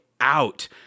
out